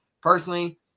Personally